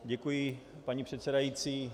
Děkuji, paní předsedající.